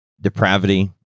depravity